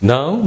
Now